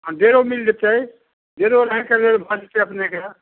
आओर डेरो मिल जेतै डेरो ओनाहिते लेल भऽ जेतै अपनेके